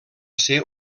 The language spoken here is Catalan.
ser